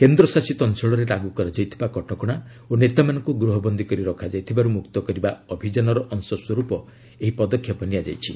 କେନ୍ଦ୍ର ଶାସିତ ଅଞ୍ଚଳରେ ଲାଗୁ କରାଯାଇଥିବା କଟକଣା ଓ ନେତାମାନଙ୍କୁ ଗୃହବନ୍ଦୀ କରି ରଖାଯାଇଥିବାରୁ ମୁକ୍ତ କରିବା ଅଭିଯାନର ଅଂଶସ୍ୱରୂପ ଏହି ପଦକ୍ଷେପ ନିଆଯାଇଛି